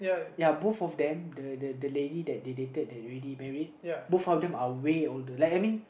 ya both of them the the the lady that they dated that already married both of them are way older like I mean